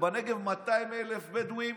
ובנגב 200,000 בדואים